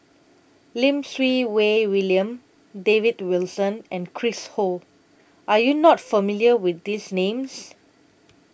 Lim Siew Wai William David Wilson and Chris Ho Are YOU not familiar with These Names